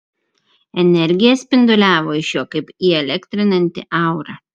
energija spinduliavo iš jo kaip įelektrinanti aura